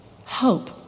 Hope